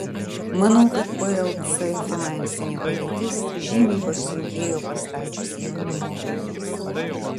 manau kad plc finansinė padėtis žymiai pasunkėjo pastačius jaunimo rūmus